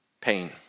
Pain